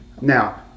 Now